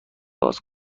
باز